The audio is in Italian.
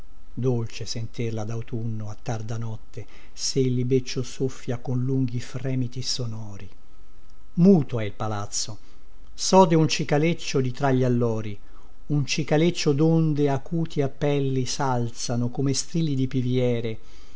dolce sentirla dautunno a tarda notte se il libeccio soffia con lunghi fremiti sonori muto è il palazzo sode un cicaleccio di tra gli allori un cicaleccio donde acuti appelli salzano come strilli di piviere